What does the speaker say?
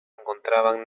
encontraban